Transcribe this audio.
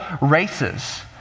races